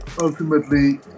ultimately